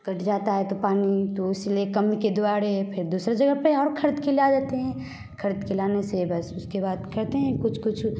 cut जाता है तो पानी तो उस लिए कमी के द्वारा फिर दूसरे जगह पर और ख़रीद के ला देते हैं ख़रीद के लाने से बस उसके बाद करते हैं कुछ कुछ